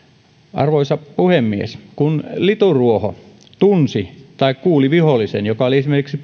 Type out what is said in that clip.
arvoisa puhemies kun lituruoho tunsi tai kuuli vihollisen joka oli esimerkiksi